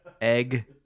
egg